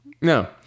no